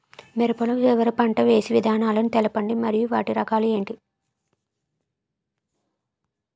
మిరప లో చివర పంట వేసి విధానాలను తెలపండి మరియు వాటి రకాలు ఏంటి